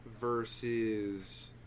versus